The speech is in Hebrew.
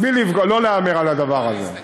לא להמר על הדבר הזה.